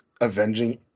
Avenging